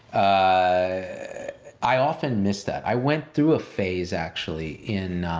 i i often miss that. i went through a phase actually in,